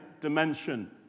dimension